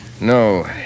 No